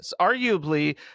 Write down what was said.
arguably